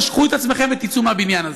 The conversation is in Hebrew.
או שתיקחו את עצמכם ותצאו מהבניין הזה.